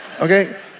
okay